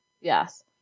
Yes